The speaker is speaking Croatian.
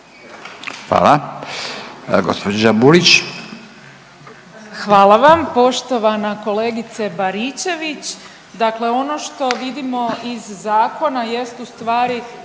Majda (HDZ)** Hvala vam poštovana kolegice Baričević. Dakle, ono što vidimo iz zakona jest u stvari